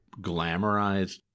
glamorized